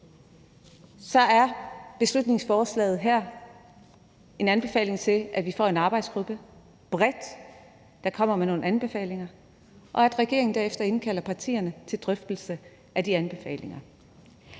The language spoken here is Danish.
er beslutningsforslaget her en anbefaling til, at vi får en arbejdsgruppe bredt, der kommer med nogle anbefalinger, og at regeringen derefter indkalder partierne til drøftelse af de anbefalinger.